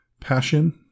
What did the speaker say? passion